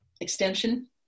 extension